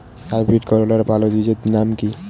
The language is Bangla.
হাইব্রিড করলার ভালো বীজের নাম কি?